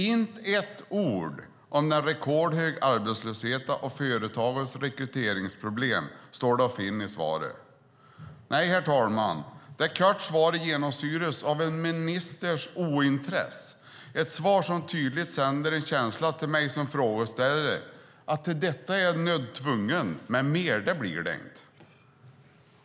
Inte ett ord om den rekordhöga arbetslösheten och företagens rekryteringsproblem står det att finna i svaret. Nej, herr talman, det korta svaret genomsyras av en ministers ointresse. Det är ett svar som tydligt sänder en känsla till mig som frågeställare: Till detta är jag nödd och tvungen, men mer blir det inte.